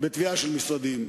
בטביעה של משרדים.